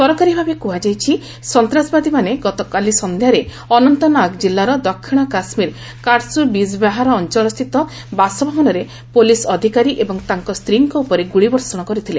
ସରକାରୀ ଭାବେ କୁହାଯାଇଛି ସନ୍ତାସବାଦୀମାନେ ଗତକାଲି ସନ୍ଧ୍ୟାରେ ଅନନ୍ତନାଗ ଜିଲ୍ଲାର ଦକ୍ଷିଣ କାଶ୍ମୀର କାଟ୍ସୁ ବିଜ୍ବେହାରା ଅଞ୍ଚଳସ୍ଥିତ ବାସଭବନରେ ପୁଲିସ୍ ଅଧିକାରୀ ଏବଂ ତାଙ୍କ ସ୍ତ୍ରୀଙ୍କ ଉପରେ ଗୁଳିବର୍ଷଣ କରିଥିଲେ